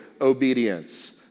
obedience